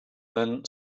then